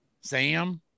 Sam